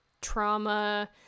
trauma